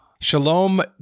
Shalom